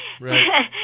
Right